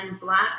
Black